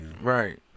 Right